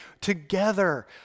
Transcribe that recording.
together